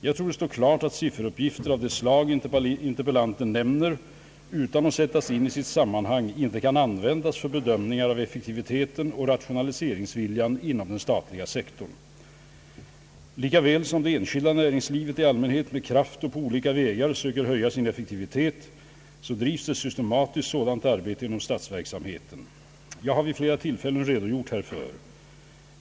Jag tror det står klart att sifferuppgifter av det slag interpellanten nämner, utan att sättas in i sitt sammanhang, inte kan användas för bedömningar av effektiviteten och rationaliseringsviljan inom den statliga sektorn. Likaväl som det enskilda näringslivet i allmänhet med kraft och på olika vägar söker höja sin effektivitet drivs ett systematiskt sådant arbete inom statsverksamheten. Jag har vid flera tillfällen redogjort härför.